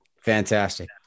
Fantastic